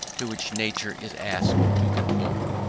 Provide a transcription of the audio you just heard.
to which nature is asked to conform.